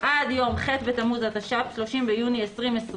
"עד יום ח' בתמוז התש"ף (30 ביוני 2020),